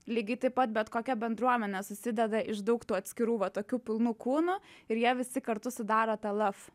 lygiai taip pat bet kokia bendruomenė susideda iš daug tų atskirų va tokių pilnų kūnų ir jie visi kartu sudaro tą laf